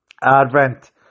Advent